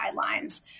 guidelines